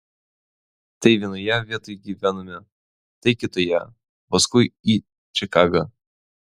tai vienoje vietoj gyvenome tai kitoje o paskui į čikagą